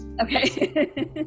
okay